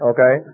Okay